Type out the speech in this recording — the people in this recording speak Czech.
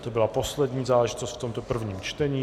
To byla poslední záležitost v tomto prvním čtení.